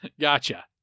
Gotcha